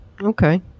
Okay